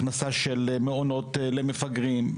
הכנסה של מעונות למפגרים,